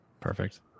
perfect